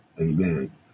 Amen